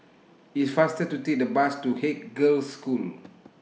It's faster to Take The Bus to Haig Girls' School